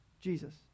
Jesus